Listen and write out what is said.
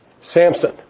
Samson